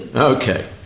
Okay